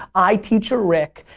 i, teacher rick,